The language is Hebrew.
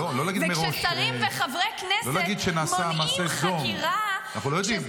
וכששרים וחברי כנסת מונעים חקירה --- לא להגיד מראש,